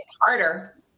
harder